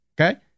okay